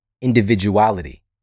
individuality